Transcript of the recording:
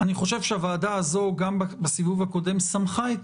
אני חושב שהוועדה הזו גם בסיבוב הקודם סמכה את